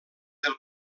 del